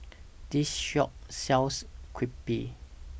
This Shop sells Crepe